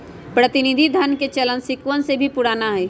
प्रतिनिधि धन के चलन सिक्कवन से भी पुराना हई